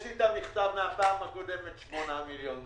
יש לי את המכתב מן הישיבה הקודמת, 8 מיליון שקל.